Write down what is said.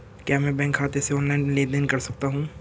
क्या मैं बैंक खाते से ऑनलाइन लेनदेन कर सकता हूं?